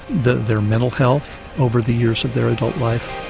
that their mental health over the years of their adult life.